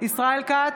ישראל כץ,